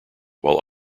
while